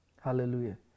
Hallelujah